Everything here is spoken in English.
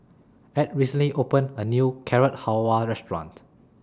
Ed recently opened A New Carrot Halwa Restaurant